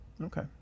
Okay